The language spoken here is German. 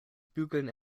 bügeln